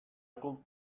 could